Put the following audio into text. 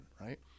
right